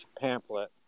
pamphlet